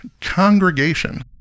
congregation